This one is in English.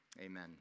Amen